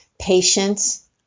patience